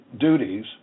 duties